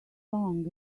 song